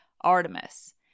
Artemis